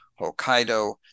Hokkaido